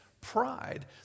pride